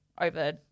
over